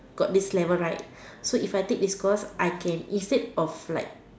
got this level right so if I take this course instead of like got this level right